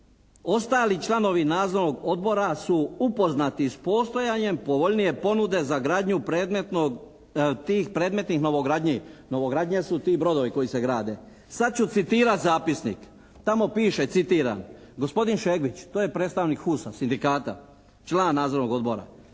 ostali članovi Nadzornog odbora su upoznati sa postojanjem povoljnije ponude za gradnju predmetnog, tih predmetnih novogradnji. Novogradnja su ti brodovi koji se grade. Sad ću citirati zapisnik, tamo piše, citiram: "Gospodin Šegvić", to je predstavnik HUS-a, sindikata, član Nadzornog odbora,